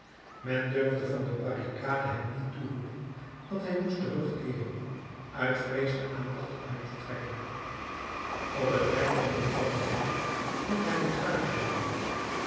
men durfde van de barricade hem niet toeroepen dat hij moest terugkeeren uit vrees de aandacht op hem te trekken op het lijk van een korporaal vond hij een kruithoorn